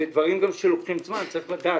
אלה דברים שלוקחים זמן ואת זה צריך לדעת.